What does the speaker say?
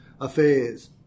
affairs